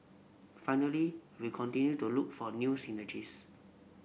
finally we continue to look for new synergies